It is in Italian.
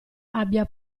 abbia